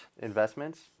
investments